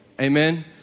amen